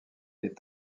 est